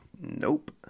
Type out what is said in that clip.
Nope